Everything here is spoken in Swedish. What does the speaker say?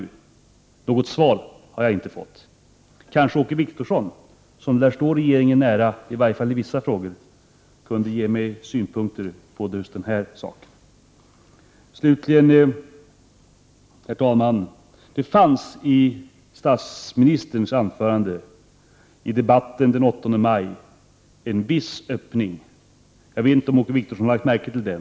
Något svar har jag inte fått. Kanske Åke Wictorsson som lär stå regeringen nära —i varje fall i vissa frågor — kunde ge några synpunkter på denna. Herr talman! I statsministerns anförande i debatten den 8 maj fanns det en viss öppning. Jag vet inte om Åke Wictorsson lade märke till det.